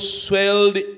swelled